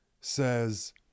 says